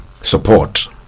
support